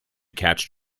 catch